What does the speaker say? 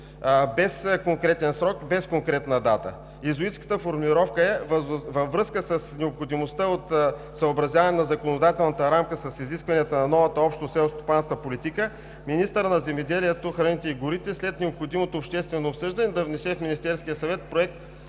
без конкретен срок, без конкретна дата. Йезуитската формулировка е: „Във връзка с необходимостта от съобразяване на законодателната рамка с изискванията на новата Обща селскостопанска политика министърът на земеделието, храните и горите след необходимото обществено обсъждане да внесе в Министерския съвет проект